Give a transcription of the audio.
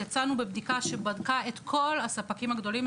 יצאנו בבדיקה שבדקה את כל הספקים הגדולים,